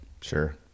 Sure